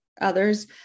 others